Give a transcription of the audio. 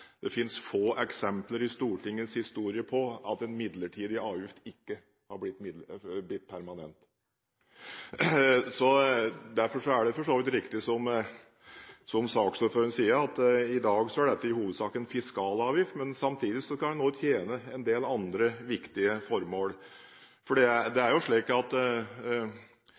Det fins få eksempler i Stortingets historie på at en midlertidig avgift ikke er blitt permanent. Derfor er det for så vidt riktig, som saksordføreren sier, at i dag er dette i hovedsak en fiskalavgift, som samtidig også skal tjene en del andre viktige formål. Det er jo slik at det er avgifter både på kjøp og bruk av ting som beveger seg, altså på vei og på sjøen, og det at